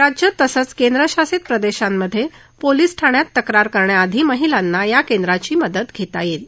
राज्य तसंच केंद्रशासित प्रदेशामधे पोलिसांत तक्रार करण्याआधी महिलांना या केंद्राची मदत घेता येईल